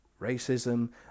racism